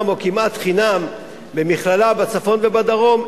או כמעט חינם במכללה בצפון או בדרום,